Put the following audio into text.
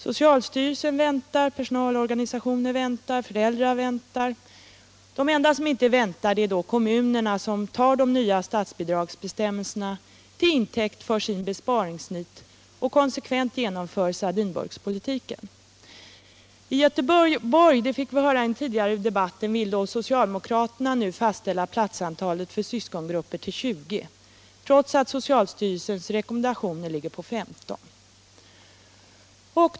Socialstyrelsen väntar, personalorganisationer väntar, föräldrar väntar. De enda som inte väntar är kommunerna, som tar de nya statsbidragsbestämmelserna till intäkt för sitt besparingsnit och konsekvent genomför sardinburkspolitiken. I Göteborg — det fick vi höra i en tidigare debatt — vill socialdemokraterna nu fastställa platsantalet för syskongrupper till 20, trots att socialstyrelsen rekommenderar 15.